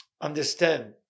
understand